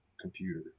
computer